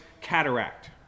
Cataract